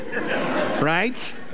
Right